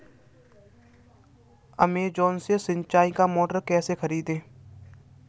Amazon से सिंचाई का मोटर कैसे खरीदें?